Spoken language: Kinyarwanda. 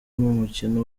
mukino